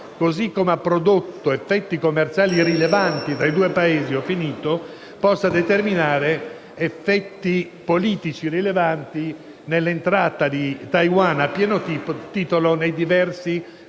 come ha prodotto effetti commerciali rilevanti fra i due Paesi, possa determinare effetti politici rilevanti nell'entrata di Taiwan a pieno titolo nei diversi